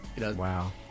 Wow